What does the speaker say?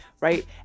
Right